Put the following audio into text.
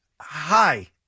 Hi